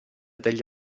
degli